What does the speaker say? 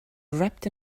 wrapped